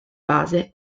base